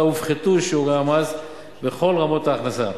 הופחתו שיעורי המס בכל רמות ההכנסה.